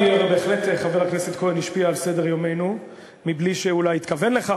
בהחלט חבר הכנסת כהן השפיע על סדר-יומנו מבלי שאולי התכוון לכך,